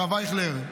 הרב אייכלר.